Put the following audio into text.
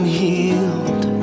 healed